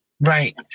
Right